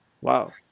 Wow